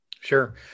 Sure